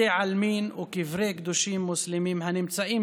בתי עלמין וקברי קדושים מוסלמים הנמצאים